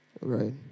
Right